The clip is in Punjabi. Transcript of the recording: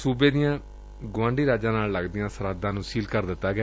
ਸੂਬੇ ਦੀਆਂ ਗੁਆਂਢੀ ਰਾਜਾਂ ਨਾਲ ਲੱਗਦੀਆਂ ਸਰਹੱਦਾਂ ਨੂੰ ਸੀਲ ਕਰ ਦਿੱਤਾ ਗਿਆ